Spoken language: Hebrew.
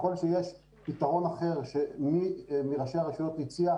וככל שיש פתרון אחר שמי מראשי הרשויות הציע,